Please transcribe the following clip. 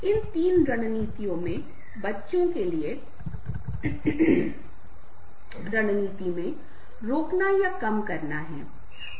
इन तीन रणनीतियों में बच्चों के लिए इस केंद्रित रणनीति में रोकना या कम करना है